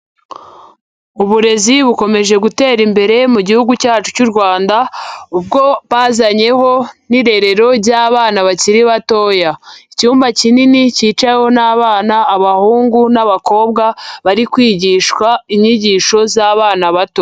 Uburezi bukomeje gutera imbere mu gihugu cyacu cy'u Rwanda, ubwo bazanyeho n'irerero ry'abana bakiri batoya, icyumba kinini cyicawemo n'abana, abahungu n'abakobwa bari kwigishwa inyigisho z'abana bato.